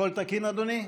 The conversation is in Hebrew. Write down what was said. הכול תקין, אדוני?